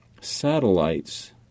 satellites